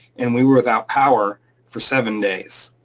and we were without power for seven days.